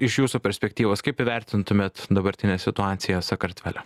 iš jūsų perspektyvos kaip įvertintumėt dabartinę situaciją sakartvele